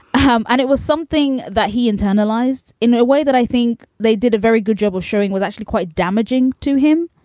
um and it was something that he internalized in a way that i think they did a very good job of showing was actually quite damaging to him.